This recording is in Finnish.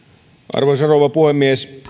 arvoisa rouva puhemies